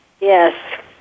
Yes